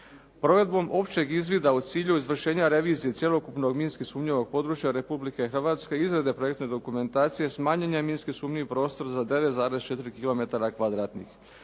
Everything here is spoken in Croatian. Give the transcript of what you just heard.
Provedbom općeg izvida u cilju izvršenja revizije cjelokupnog minski sumnjivog područja Republike Hrvatske, izrade projektne dokumentacije smanjen je minski sumnjiv prostor za 9,4